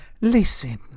Listen